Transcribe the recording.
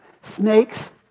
Snakes